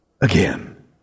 again